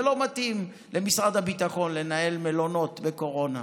זה לא מתאים למשרד הביטחון לנהל מלונות בקורונה.